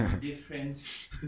different